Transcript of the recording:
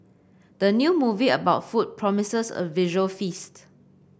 the new movie about food promises a visual feast